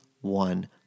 one